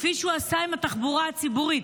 כפי שהוא עשה עם התחבורה הציבורית.